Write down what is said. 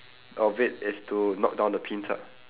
of it is to knock down the pins ah